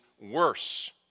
worse